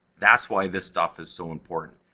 that's why this stuff is so important,